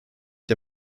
der